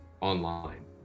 online